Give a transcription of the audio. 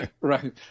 Right